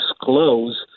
disclose